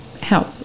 help